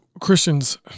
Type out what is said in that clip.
Christians